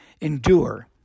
endure